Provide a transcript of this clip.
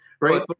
Right